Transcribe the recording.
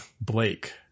Blake